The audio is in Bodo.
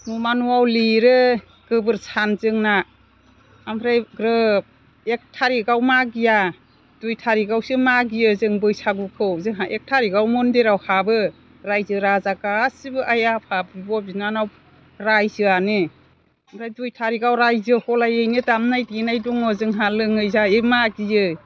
न'मा न'आव लिरो गोबोर सान जोंना ओमफ्राय ग्रोब एक थारिखआव मागिया दुइ थारिखआवसो मागियो जों बैसागुखौ जोंहा एक थारिखआव मन्दिराव हाबो रायजो राजा गासैबो आइ आफा बिब' बिनानाव रायजोआनो ओमफ्राय दुइ थारिखआव रायजोहलायैनो दामनाय देनाय दङ जोंहा लोङै जायै मागियो